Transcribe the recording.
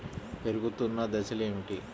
పెరుగుతున్న దశలు ఏమిటి?